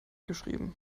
geschrieben